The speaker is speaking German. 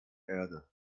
erde